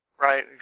right